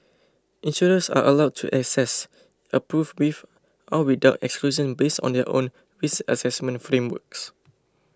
insurers are allowed to assess approve with or without exclusions based on their own risk assessment frameworks